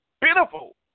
beautiful